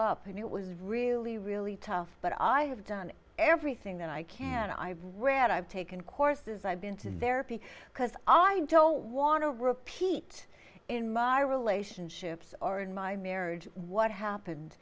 up and it was really really tough but i have done everything that i can i've read i've taken courses i've been to therapy because i don't want to repeat in my relationships or in my marriage what happened